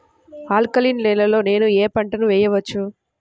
Alkaline నేలలో నేనూ ఏ పంటను వేసుకోవచ్చు?